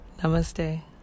Namaste